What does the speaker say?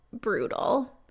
brutal